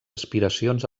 aspiracions